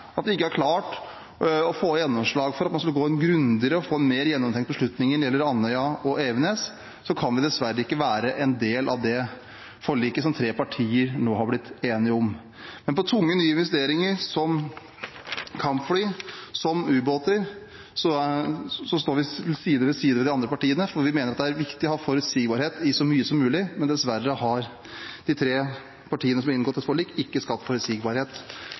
vi ikke har klart å få gjennomslag for at man skulle være grundigere og få en mer gjennomtenkt beslutning når det gjelder Andøya og Evenes, kan vi dessverre ikke være en del av det forliket som tre partier nå har blitt enige om. Men på tunge nye investeringer, som kampfly og ubåter, står vi side om side med de andre partiene, for vi mener at det er viktig å ha forutsigbarhet i så mye som mulig, men dessverre har de tre partiene som har inngått forlik, ikke skapt forutsigbarhet